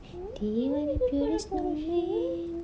hmm do you want to go for a photoshoot